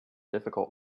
difficult